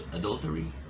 adultery